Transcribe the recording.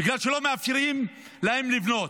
בגלל שלא מאפשרים להם לבנות.